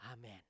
Amen